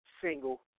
single